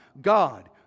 God